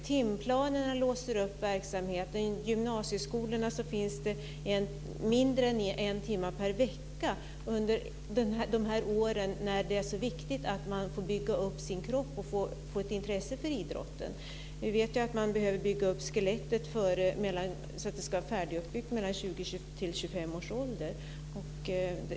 Timplanerna låser upp verksamheten. I gymnasieskolorna finns det mindre än en timme per vecka under de år då det är så viktigt att man får bygga upp sin kropp och få ett intresse för idrotten. Vi vet ju att man behöver bygga upp skelettet så att det är färdiguppbyggt mellan 20 och 25 års ålder.